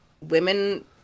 women